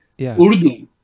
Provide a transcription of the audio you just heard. Urdu